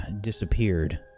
disappeared